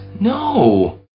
No